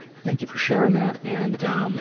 thank you for sharing that, and um